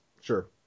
Sure